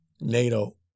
NATO